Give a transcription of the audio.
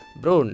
bro